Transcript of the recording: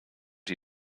die